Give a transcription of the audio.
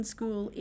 School